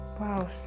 Wow